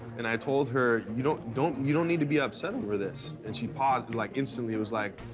and i told her, you don't don't you don't need to be upset over this. and she paused and like instantly was like,